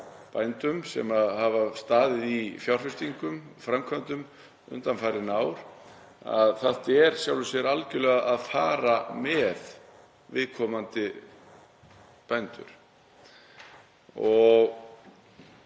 bændum sem hafa staðið í fjárfestingum og framkvæmdum undanfarin ár að þetta er í sjálfu sér algerlega að fara með viðkomandi bændur.